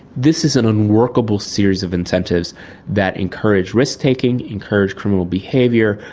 this is an unworkable series of incentives that encourage risk-taking, encourage criminal behaviour,